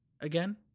again